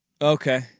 Okay